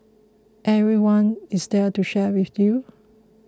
everyone is there to share with you